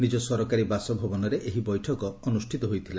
ନିଜ ସରକାରୀ ବାସଭବନରେ ଏହି ବୈଠକ ଅନୁଷ୍ଠିତ ହୋଇଥିଲା